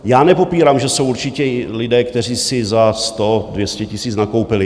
Já nepopírám, že jsou určitě lidé, kteří si za 100 200 tisíc nakoupili.